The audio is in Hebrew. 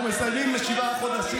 אנחנו מסיימים שבעה חודשים,